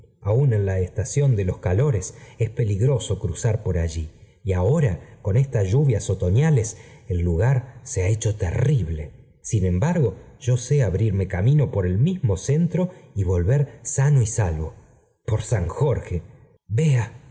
aun en la estación de los calores es peligroso cruzar por allí y ahora con estas lluvias otoñales el lugar se ha hecho terrible sin embargo yo sé abrirme camino hasta el mismo centro y volver sapo y salvo por san jorge j vea